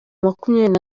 makumyabiri